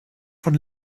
von